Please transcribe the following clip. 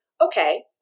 okay